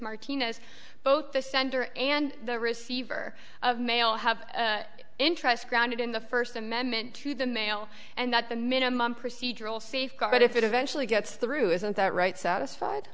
martinez both the sender and receiver of mail have interest grounded in the first amendment through the mail and that the minimum procedural safeguard if it eventually gets through isn't that right satisfied